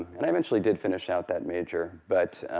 and i eventually did finish out that major, but